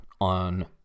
on